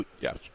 Yes